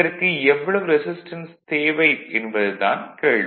இதற்கு எவ்வளவு ரெசிஸ்டன்ஸ் தேவை என்பது தான் கேள்வி